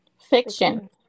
Fiction